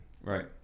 Right